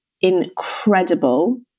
incredible